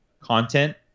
content